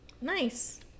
nice